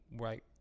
right